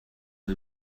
and